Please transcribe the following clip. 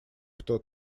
кто